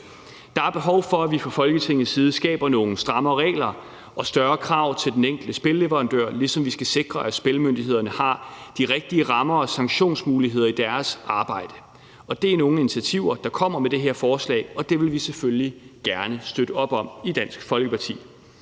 Der er behov for, at vi fra Folketingets side skaber nogle strammere regler og større krav til den enkelt spilleverandør, ligesom vi skal sikre, at Spillemyndigheden har de rigtige rammer og sanktionsmuligheder i deres arbejde. Og det er nogle initiativer, der kommer med det her forslag, og det vil vi selvfølgelig gerne støtte op om i Dansk Folkeparti.